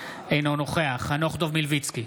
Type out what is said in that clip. אינו נוכח חנוך דב מלביצקי,